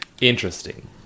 interesting